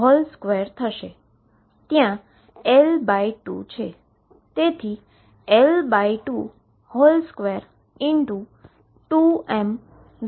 ત્યાં L2 છે તેથી L222mV02 Y2 થશે